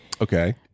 Okay